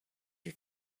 you